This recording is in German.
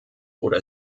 oder